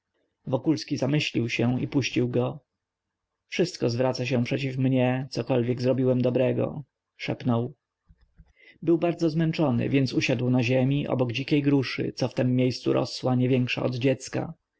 maszynę wokulski zamyślił się i puścił go wszystko zwraca się przeciw mnie cokolwiek zrobiłem dobrego szepnął był bardzo zmęczony więc usiadł na ziemi obok dzikiej gruszki co w tem miejscu rosła nie większa od dziecka